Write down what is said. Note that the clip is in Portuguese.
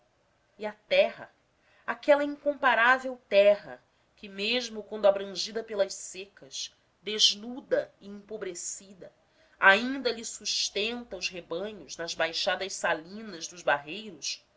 e a terra aquela incomparável terra que mesmo quando abrangida pelas secas desnuda e empobrecida ainda lhe sustenta os rebanhos nas baixadas salinas dos barreiros